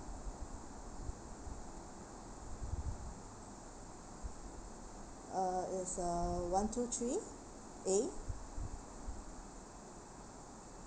uh it's uh one two three eight